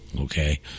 okay